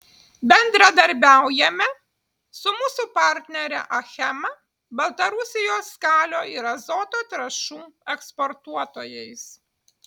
bendradarbiaujame su mūsų partnere achema baltarusijos kalio ir azoto trąšų eksportuotojais